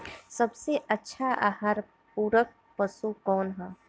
सबसे अच्छा आहार पूरक पशु कौन ह?